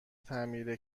تعمیر